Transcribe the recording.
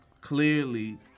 Clearly